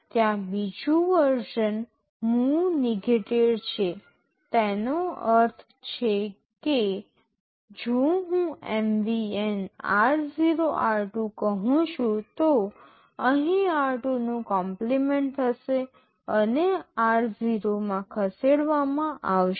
ત્યાં બીજું version move negated છે તેનો અર્થ છે કે જો હું MVN r0r2 કહું છું તો અહીં r2 નું કમ્પલિમેન્ટ થશે અને r0 માં ખસેડવામાં આવશે